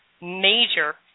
major